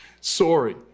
sorry